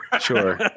sure